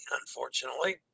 unfortunately